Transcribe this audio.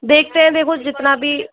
देखते हैं देखो जितना भी